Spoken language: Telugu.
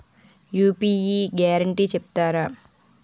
యూ.పీ.యి గ్యారంటీ చెప్తారా?